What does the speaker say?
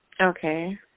Okay